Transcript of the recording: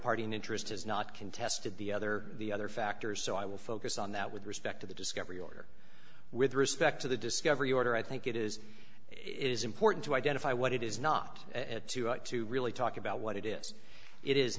party in interest has not contested the other the other factors so i will focus on that with respect to the discovery order with respect to the discovery order i think it is it is important to identify what it is not add to it to really talk about what it is it is